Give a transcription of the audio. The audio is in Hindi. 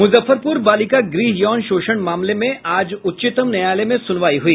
मुजफ्फरपुर बालिका गृह यौन शोषण मामले में आज उच्चतम न्यायालय में सुनवाई हुई